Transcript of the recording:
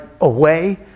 away